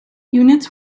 units